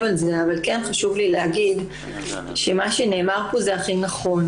על זה אבל כן חשוב לי להגיד שמה שנאמר פה זה הכי נכון.